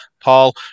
Paul